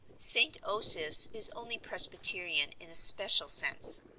st. osoph's is only presbyterian in a special sense.